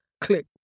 click